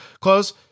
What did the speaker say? close